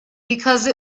because